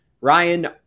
Ryan